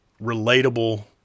relatable